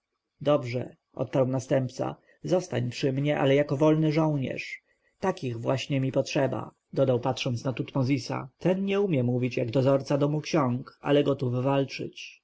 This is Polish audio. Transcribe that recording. dobrze odparł następca zostań przy mnie ale jako wolny żołnierz takich właśnie mi potrzeba dodał patrząc na tutmozisa ten nie umie mówić jak dozorca domu ksiąg ale gotów walczyć